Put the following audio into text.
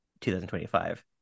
2025